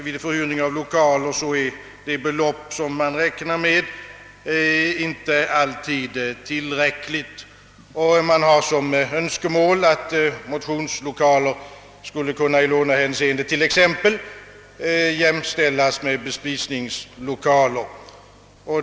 Vid förhyrning av lokaler är det belopp, som beräknats, inte alltid tillräckligt, menar studentorganisationerna, och det framförs som ett önskemål, att motionslokaler i olika hänseenden skulle jämställas med t.ex. bespisningslokaler.